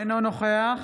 אינו נוכח